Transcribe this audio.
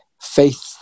faith